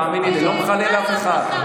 תאמיני לי, לא מחלל אף אחד.